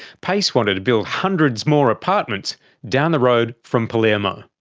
payce wanted to build hundreds more apartments down the road from palermo.